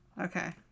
okay